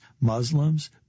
muslims